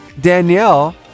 Danielle